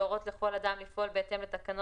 אני לא כל כך מבין למה.